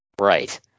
Right